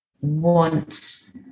want